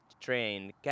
train